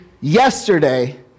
yesterday